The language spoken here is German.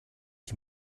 die